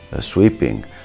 sweeping